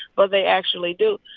but they actually do.